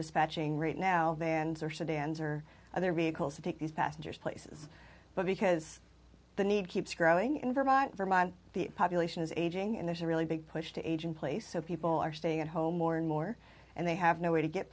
dispatching right now vans or sedans or other vehicles to take these passengers places but because the need keeps growing in vermont vermont the population is aging and there's a really big push to age in place so people are staying at home more more and and they have no way to get